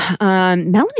Melanie